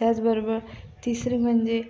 त्याचबरोबर तिसरं म्हणजे